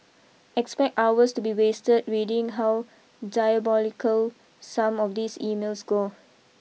expect hours to be wasted reading how diabolical some of these emails go